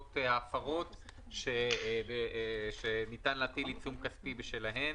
ההפרות שניתן להטיל עיצום כספי בשלהן.